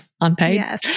unpaid